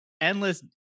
endless